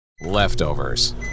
Leftovers